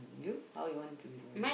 you how you want to be remembered